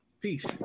Peace